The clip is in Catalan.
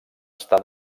està